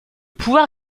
pouvoir